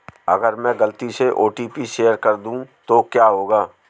अगर मैं गलती से ओ.टी.पी शेयर कर दूं तो क्या होगा?